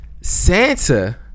Santa